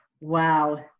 Wow